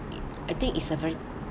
I think is a very